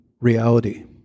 reality